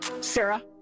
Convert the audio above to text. Sarah